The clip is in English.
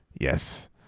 Yes